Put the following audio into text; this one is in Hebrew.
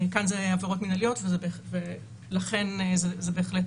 כאן אלו עבירות מינהליות, ולכן זה בהחלט